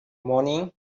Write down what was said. morning